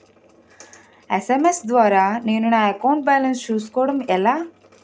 SMS ద్వారా నేను నా అకౌంట్ బాలన్స్ చూసుకోవడం ఎలా?